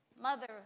mother